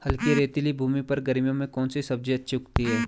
हल्की रेतीली भूमि पर गर्मियों में कौन सी सब्जी अच्छी उगती है?